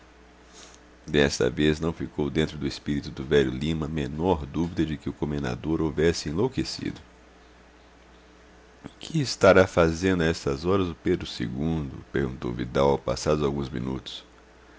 desta vez não ficou dentro do espírito do velho lima a menor dúvida de que o comendador houvesse enlouquecido que estará fazendo a estas horas o pedro ii perguntou vidal passados alguns momentos